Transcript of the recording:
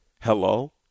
hello